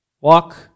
Walk